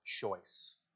choice